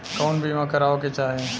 कउन बीमा करावें के चाही?